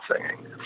singing